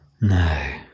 no